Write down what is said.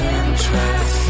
interest